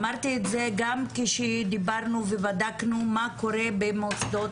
אמרתי את זה גם כשדיברנו ובדקנו מה קורה במוסדות